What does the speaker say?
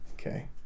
Okay